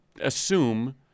assume